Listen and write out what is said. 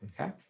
Okay